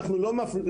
אנחנו לא מפסיקים,